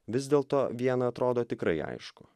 vis dėl to viena atrodo tikrai aišku